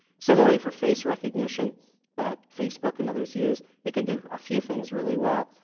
similarly for face recognition that facebook and others use, it can do a few things really well,